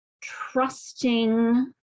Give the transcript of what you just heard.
trusting